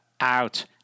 out